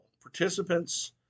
participants